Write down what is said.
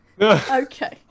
Okay